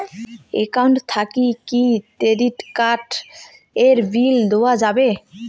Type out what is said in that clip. Account থাকি কি credit card এর বিল দেওয়া যাবে?